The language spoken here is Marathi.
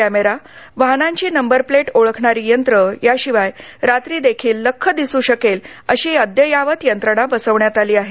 कॅमेरा वाहनांची नंवरप्लेट ओळखणारी यंत्र याशिवाय रात्री देखील लक्ख दिसू शकेल अशी अद्ययावत यंत्रणा बसवण्यात आली आहे